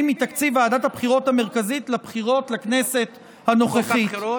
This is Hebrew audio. מתקציב ועדת הבחירות המרכזית לבחירות לכנסת הנוכחית,